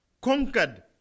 conquered